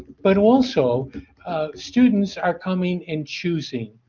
but, also students are coming and choosing.